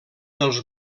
dels